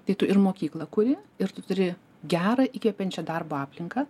taip ir mokyklą kuri ir tu turi gerą įkvepiančią darbo aplinką